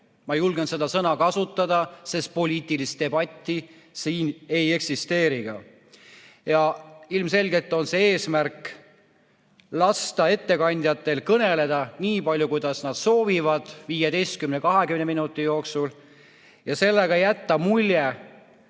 Ma julgen seda sõna kasutada, sest poliitilist debatti siin ju ei eksisteeri. Ilmselgelt on see eesmärk lasta ettekandjatel kõneleda nii palju, kui nad soovivad, 15 või 20 minuti jooksul, ning sellega jätta mulje,